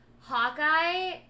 Hawkeye